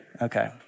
Okay